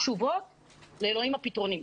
תשובות לאלוהים הפתרונים,